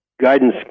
guidance